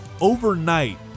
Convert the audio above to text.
overnight